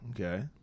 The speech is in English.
okay